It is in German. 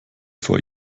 vor